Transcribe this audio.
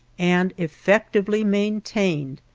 and effectively maintained,